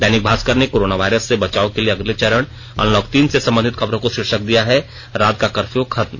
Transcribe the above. दैनिक भास्कर ने corona virus से बचाव के अगले चरण अनलॉक तीन से संबंधित खबर को शीर्षक दिया है रात का कर्फ्यू खत्म